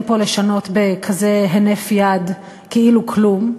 פה לשנות בכזה הינף יד כאילו כלום,